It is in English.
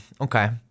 okay